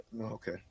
Okay